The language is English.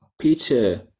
Peter